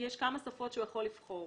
יש כמה שפות שהוא יכול לבחור.